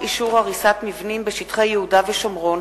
הצעת חוק אישור הריסת מבנים בשטחי יהודה ושומרון,